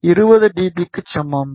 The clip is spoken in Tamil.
பிக்கு சமம்